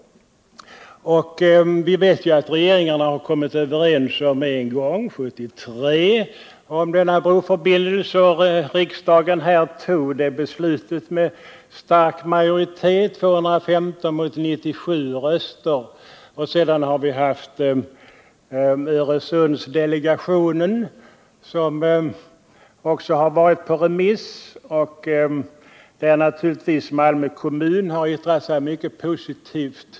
Vi vet att regeringarna 1973 en gång har kommit överens om denna broförbindelse och att riksdagen här fattade det beslutet med stark majoritet — 215 röster mot 97. Sedan har vi haft Öresundsdelegationen, vars utlåtande också varit på remiss och över vilket Malmö kommun naturligtvis har yttrat sig mycket positivt.